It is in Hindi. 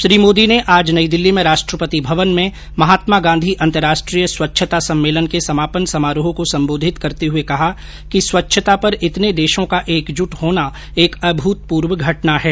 श्री मोदी ने आज नई दिल्ली में राष्ट्रपति भवन में महात्मा गांधी अंतर्राष्ट्रीय स्वच्छता सम्मेलन के समापन समारोह को संबोधित करते हुए कहा कि स्वच्छता पर इतने देशों का एकजुट होना एक अभूतपूर्व घटना है